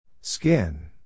Skin